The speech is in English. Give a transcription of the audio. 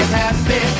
happy